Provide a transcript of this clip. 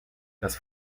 das